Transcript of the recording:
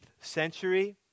century